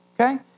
okay